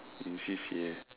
in C_C_A